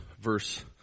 verse